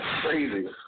crazy